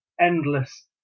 Endless